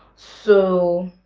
so